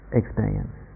experience